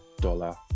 dollar